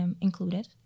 included